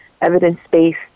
evidence-based